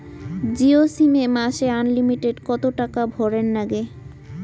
Jio SIM এ মাসে unlimited কত টাকা ভরের নাগে?